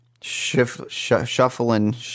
shuffling